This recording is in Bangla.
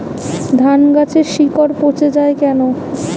ধানগাছের শিকড় পচে য়ায় কেন?